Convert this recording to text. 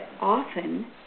often